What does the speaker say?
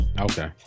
Okay